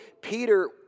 Peter